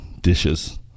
dishes